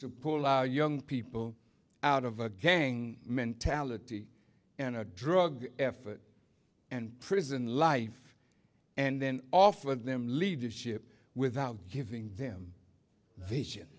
to pull our young people out of a gang mentality in a drug effort and prison life and then offer them leadership without giving them